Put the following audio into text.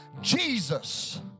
Jesus